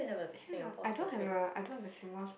actually I don't have a I don't have a